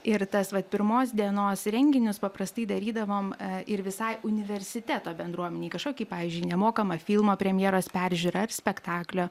ir tas vat pirmos dienos renginius paprastai darydavom ir visai universiteto bendruomenei kažkokį pavyzdžiui nemokamą filmo premjeros peržiūrą ar spektaklio